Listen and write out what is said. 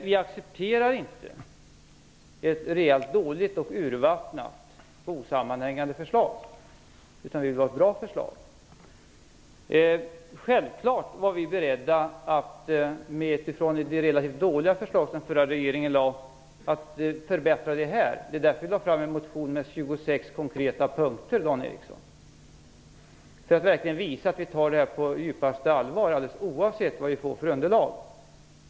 Vi accepterar inte ett dåligt, urvattnat och osammanhängande förslag, utan vi vill ha ett bra förslag. Självklart var vi beredda att förbättra det dåliga förslaget från den förra regeringen. Det var därför som vi väckte en motion med 26 konkreta punkter för att verkligen visa att vi tar detta på djupaste allvar, alldeles oavsett vad vi får för underlag.